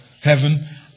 heaven